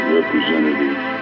representatives